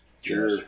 Sure